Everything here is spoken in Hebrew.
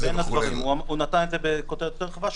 הוא נתן את זה בכותרת יותר רחבה,